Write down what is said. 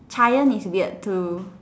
Hyman is weird too